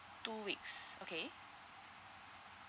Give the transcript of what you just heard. two weeks okay